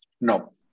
No